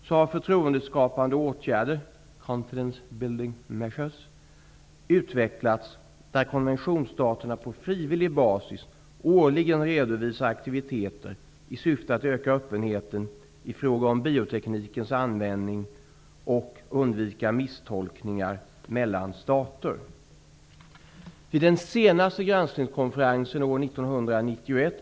Så har förtroendeskapande åtgärder utvecklats där konventionsstaterna på frivillig basis årligen redovisar aktiviteter i syfte att öka öppenheten i fråga om bioteknikens användning och undvika misstolkningar mellan stater.